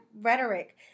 rhetoric